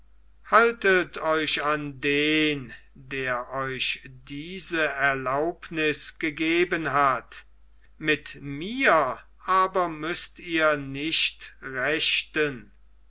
haltet euch an den der euch diese erlaubniß gegeben hat mit mir aber müßt ihr nicht rechten